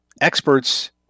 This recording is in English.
experts